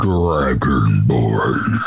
Dragonborn